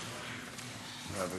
הכול